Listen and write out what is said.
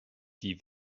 die